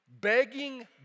begging